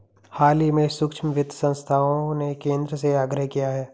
हाल ही में सूक्ष्म वित्त संस्थाओं ने केंद्र से आग्रह किया है